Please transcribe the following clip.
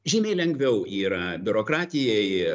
žymiai lengviau yra biurokratijai